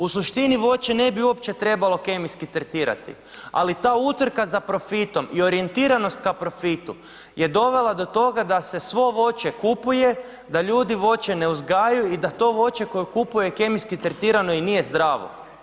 U suštini voće ne bi uopće trebalo kemijski tretirati ali ta utrka za profitom i orijentiranost ka profitu je dovela do toga da se svo voće kupuje, da ljudi voće ne uzgajaju i da to voće koje kupuje kemijski je tretirano i nije zdravo.